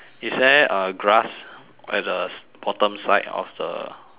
is there a grass at the s~ bottom side of the